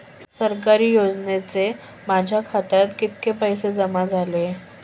सरकारी योजनेचे माझ्या खात्यात किती पैसे जमा झाले?